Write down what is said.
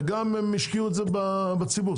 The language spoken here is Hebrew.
וגם השקיעו בציבור.